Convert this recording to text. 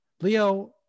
Leo